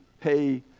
pay